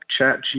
ChatGPT